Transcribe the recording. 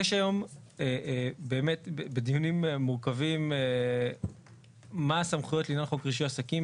יש היום באמת בדיונים מורכבים מה הסמכויות לעניין חוק רישוי עסקים,